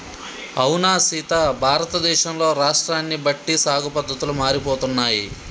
అవునా సీత భారతదేశంలో రాష్ట్రాన్ని బట్టి సాగు పద్దతులు మారిపోతున్నాయి